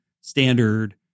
standard